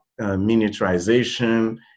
miniaturization